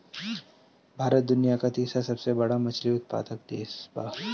भारत दुनिया का तीसरा सबसे बड़ा मछली उत्पादक देश बा